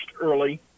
early